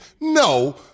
No